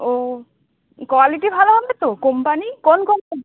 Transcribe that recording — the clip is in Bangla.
ও কোয়ালিটি ভালো হবে তো কোম্পানি কোন কোম্পানি